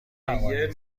توانید